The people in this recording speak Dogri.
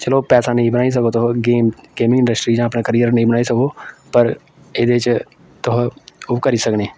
चलो पैसा नेईं बनाई सको तुस गेम गेमिंग इंडस्ट्री च अपना कैरियर नेईं बनाई सको पर एह्दे च तुस ओह् करी सकने